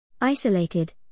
Isolated